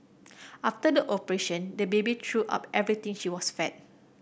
after the operation the baby threw up everything she was fed